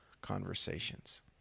conversations